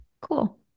Cool